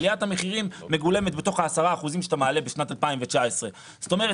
עליית המחירים מגולמת בתוך ה-10 אחוזים שאתה מעלה בשנת 2019. זאת אומרת,